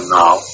now